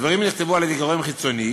הדברים נכתבו על-ידי גורם חיצוני,